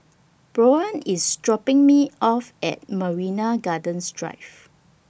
Bryon IS dropping Me off At Marina Gardens Drive